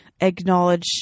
acknowledge